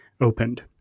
opened